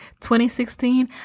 2016